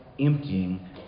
emptying